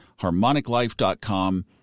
HarmonicLife.com